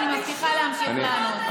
אני מבטיחה להמשיך לענות.